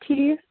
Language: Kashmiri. ٹھیٖک